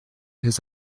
his